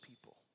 people